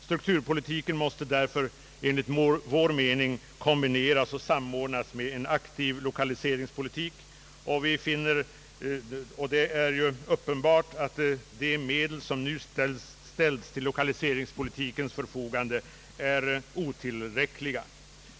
Strukturpolitiken måste därför enligt vår mening kombineras och samordnas med en aktiv lokaliseringspolitik. Det är uppenbart att de medel som nu ställs till lokaliseringspolitikens förfogande är otillräckliga.